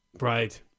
Right